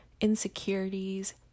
insecurities